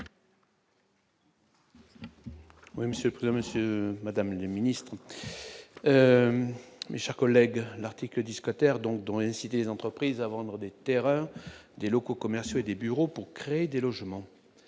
Oui Monsieur Prix monsieur, madame la ministre, mais cher collègue, l'article 10 secrétaire donc dont inciter les entreprises à vendre des terrains, des locaux commerciaux et des bureaux pour créer des logements,